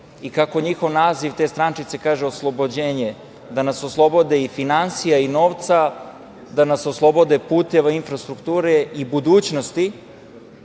i kako njihov naziv, naziv te strančice kaže – oslobođenje, da nas oslobode i finansija i novca, da nas oslobode puteva, infrastrukture i budućnosti